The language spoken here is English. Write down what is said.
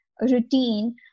routine